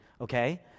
okay